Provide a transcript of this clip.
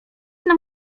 nam